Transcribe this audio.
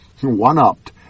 one-upped